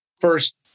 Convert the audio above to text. First